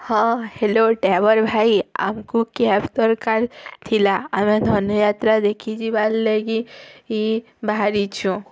ହଁ hello driver ଭାଇ ଆମ୍କୁ କ୍ୟାବ୍ ଦରକାର୍ ଥିଲା ଆମେ ଧନୁଯାତ୍ରା ଦେଖି ଯିବାର୍ ଲାଗି ବାହାରିଛୁଁ